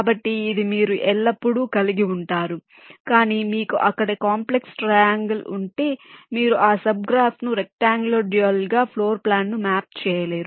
కాబట్టి ఇది మీరు ఎల్లప్పుడూ కలిగి ఉంటారు కానీ మీకు అక్కడ కాంప్లెక్స్ ట్రయాంగల్ ఉంటే మీరు ఆ సబ్ గ్రాఫ్ను రెక్ట్అంగుళర్ డ్యూయల్ గా ఫ్లోర్ ప్లాన్ ను మ్యాప్ చేయలేరు